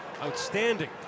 Outstanding